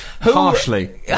Harshly